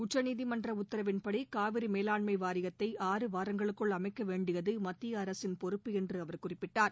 உச்சநீதிமன்ற உத்தரவின்படி காவிரி மேலாண்மை வாரியத்தை ஆறு வாரங்களுக்குள் அமைக்க வேண்டியது மத்திய அரசின் பொறுப்பு என்று அவர் குறிப்பிட்டார்